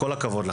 כל הכבוד.